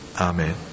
Amen